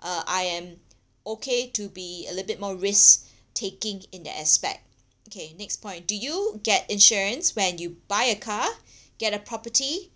uh I am okay to be a little bit more risk taking in that aspect okay next point do you get insurance when you buy a car get a property